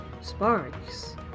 sparks